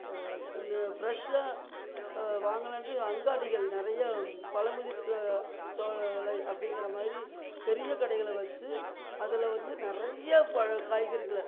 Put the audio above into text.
இந்த ஃபிரெஷ்ஷாக வாங்கணுன்டு அங்காடிகள் நிறையா பழமுதிர் சோலை அப்படிங்கிற மாதிரி பெரிய கடைகளை வச்சு அதில் வந்து நிறைய பழம் காய்கறிகளை